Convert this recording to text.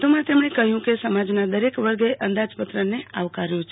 વધુમાં તેમને કહ્યું કે સમાજના દરેક વર્ગે અંદાજપત્રને આવકાર્યું છે